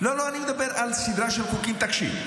לא, לא, אני מדבר על סדרה של חוקים, תקשיב.